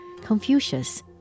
Confucius